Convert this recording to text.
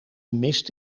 mist